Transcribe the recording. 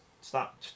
stop